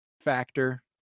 factor